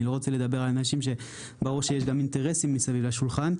אני לא רוצה לדבר על אנשים שברור שיש גם אינטרסים מסביב לשולחן.